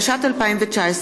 התשע"ט 2019,